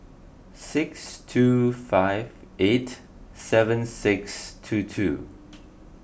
six two five eight seven six two two